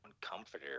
comforter